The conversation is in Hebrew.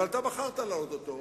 אבל אתה בחרת להעלות אותו,